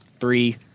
three